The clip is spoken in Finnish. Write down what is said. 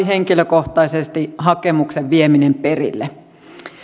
henkilökohtaisesti hakemuksen vieminen perille